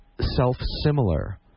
self-similar